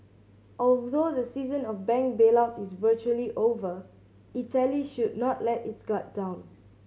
although the season of bank bailouts is virtually over Italy should not let its guard down